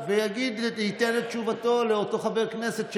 אני רוצה לומר משהו לכל חברי הכנסת.